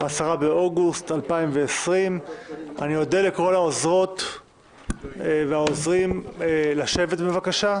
10 באוגוסט 2020. אני אודה לכל העוזרות והעוזרים אם הם ישבו בבקשה,